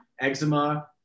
eczema